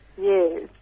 Yes